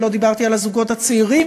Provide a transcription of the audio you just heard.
ולא דיברתי על הזוגות הצעירים,